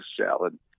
salad